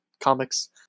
comics